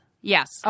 Yes